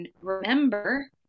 remember